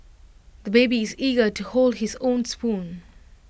the baby is eager to hold his own spoon